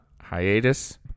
hiatus